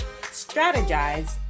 strategize